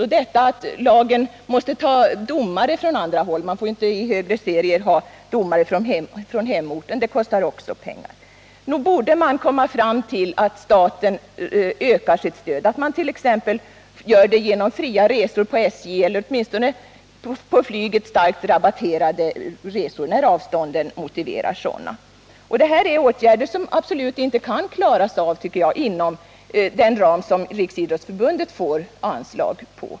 Också detta att man måste ta domare från annat håll — i högre serier får domare inte tas från hemorten — kostar pengar. Staten borde därför öka sitt stöd t.ex. genom att idrottslag får fria resor på SJ eller åtminstone kraftigt rabatterade priser på inrikesflyget, när avstånden motiverar flygresor. Detta är åtgärder som absolut inte kan klaras inom ramen för Riksidrottsförbundets anslag.